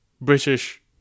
British